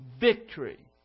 Victory